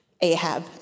Ahab